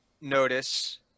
notice